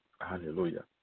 hallelujah